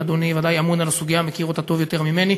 ואדוני בוודאי אמון על הסוגיה ומכיר אותה טוב ממני,